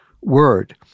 Word